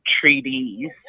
treaties